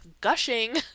gushing